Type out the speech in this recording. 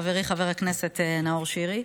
של חברי חבר הכנסת נאור שירי,